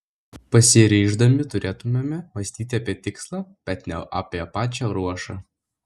pasiryždami turėtumėme mąstyti apie tikslą bet ne apie pačią ruošą